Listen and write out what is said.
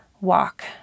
walk